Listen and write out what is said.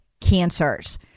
cancers